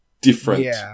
different